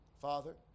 Father